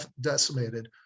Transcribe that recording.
decimated